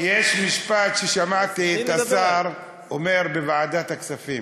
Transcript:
אז יש משפט ששמעתי את השר אומר בוועדת הכספים,